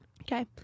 Okay